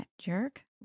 jerk